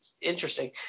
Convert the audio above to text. interesting